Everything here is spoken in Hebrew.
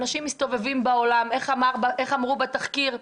אנשים מסתובבים בעולם איך אמרו בתחקיר?